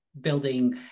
building